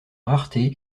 rareté